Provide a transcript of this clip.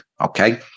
Okay